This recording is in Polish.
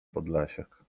podlasiak